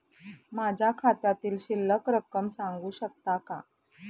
माझ्या खात्यातील शिल्लक रक्कम सांगू शकता का?